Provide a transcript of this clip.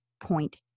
point